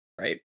Right